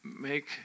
make